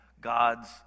God's